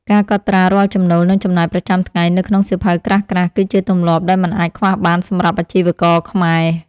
ការកត់ត្រារាល់ចំណូលនិងចំណាយប្រចាំថ្ងៃនៅក្នុងសៀវភៅក្រាស់ៗ គឺជាទម្លាប់ដែលមិនអាចខ្វះបានសម្រាប់អាជីវករខ្មែរ។